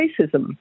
racism